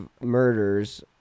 murders